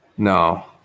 No